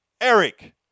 Eric